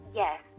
yes